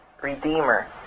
Redeemer